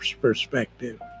perspective